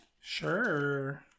Sure